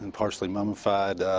and partially mummified,